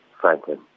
Franklin